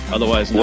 Otherwise